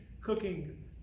cooking